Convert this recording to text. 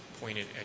pointed